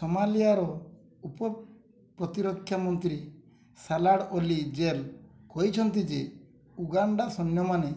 ସୋମାଲିଆର ଉପ ପ୍ରତିରକ୍ଷା ମନ୍ତ୍ରୀ ସାଲାଡ଼୍ ଅଲି ଜେଲ କହିଛନ୍ତି ଯେ ଉଗାଣ୍ଡା ସୈନ୍ୟମାନେ